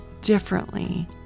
differently